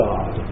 God